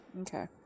Okay